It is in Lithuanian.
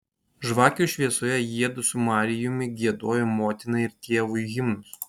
žvakių šviesoje jiedu su marijumi giedojo motinai ir tėvui himnus